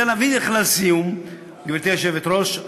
גברתי היושבת-ראש,